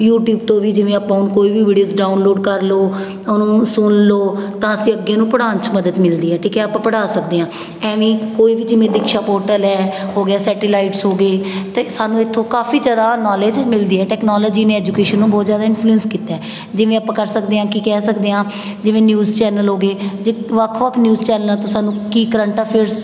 YouTube ਤੋਂ ਵੀ ਜਿਵੇਂ ਆਪਾਂ ਨੂੰ ਕੋਈ ਵੀ ਵੀਡੀਓਸ ਡਾਊਨਲੋਡ ਕਰ ਲਉ ਉਹਨੂੰ ਸੁਣ ਲਉ ਤਾਂ ਅਸੀਂ ਅੱਗੇ ਨੂੰ ਪੜ੍ਹਾਉਣ 'ਚ ਮਦਦ ਮਿਲਦੀ ਹੈ ਠੀਕ ਹੈ ਆਪਾਂ ਪੜ੍ਹਾ ਸਕਦੇ ਹਾਂ ਐਵੇਂ ਹੀ ਕੋਈ ਵੀ ਜਿਵੇਂ ਰਿਕਸ਼ਾ ਪੋਰਟਲ ਹੈ ਹੋ ਗਿਆ ਸੈਟੇਲਾਈਟਸ ਹੋ ਗਏ ਤਾਂ ਸਾਨੂੰ ਇੱਥੋਂ ਕਾਫੀ ਜ਼ਿਆਦਾ ਨੋਲੇਜ ਮਿਲਦੀ ਹੈ ਟੈਕਨੋਲੋਜੀ ਨੇ ਐਜੂਕੇਸ਼ਨ ਨੂੰ ਬਹੁਤ ਜ਼ਿਆਦਾ ਇਨਫਲੁਐਂਸ ਕੀਤਾ ਹੈ ਜਿਵੇਂ ਆਪਾਂ ਕਰ ਸਕਦੇ ਹਾਂ ਕਿ ਕਹਿ ਸਕਦੇ ਹਾਂ ਜਿਵੇਂ ਨਿਊਜ਼ ਚੈਨਲ ਹੋ ਗਏ ਜ ਵੱਖ ਵੱਖ ਨਿਊਜ਼ ਚੈਨਲਾਂ ਤੋਂ ਸਾਨੂੰ ਕੀ ਕਰੰਟ ਅਫੇਅਰਸ